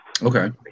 okay